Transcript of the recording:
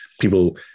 people